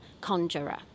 Conjurer